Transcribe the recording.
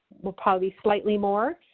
will probably slightly more,